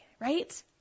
right